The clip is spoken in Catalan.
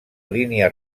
línia